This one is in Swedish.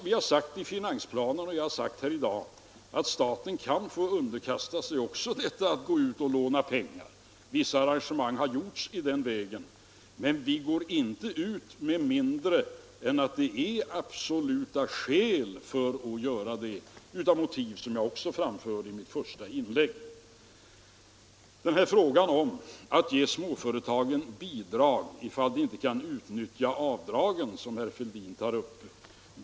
Vi har sagt i finansplanen och jag har förklarat här i dag att också staten kan få underkasta sig att gå ut och låna pengar. Vissa arrangemang har gjorts i den vägen, men av motiv som jag framförde i mitt första inlägg går vi inte ut med mindre än att det finns absoluta skäl att göra det. Herr Fälldin tog upp tanken att ge småföretagen bidrag om de inte kan utnyttja avdragen.